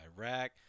iraq